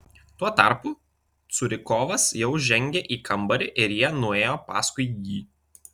tuo tarpu curikovas jau žengė į kambarį ir jie nuėjo paskui jį